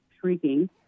shrieking